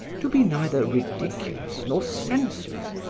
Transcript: to be neither ridiculous nor senseless,